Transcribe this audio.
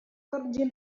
ترجم